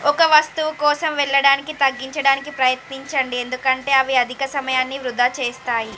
ఒక్క వస్తువు కోసం వెళ్ళడానికి తగ్గించడానికి ప్రయత్నించండి ఎందుకంటే అవి అధిక సమయాన్ని వృధా చేస్తాయి